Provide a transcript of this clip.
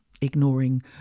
Ignoring